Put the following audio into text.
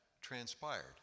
transpired